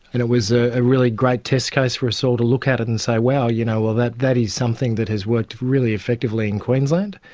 and it was a ah really great test case for us all to look at at and say, wow, you know that that is something that has worked really effectively in queensland.